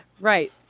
right